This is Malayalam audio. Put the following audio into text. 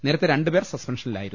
നേരത്തെ രണ്ട് പേർ സസ്പെൻഷനിലായിരുന്നു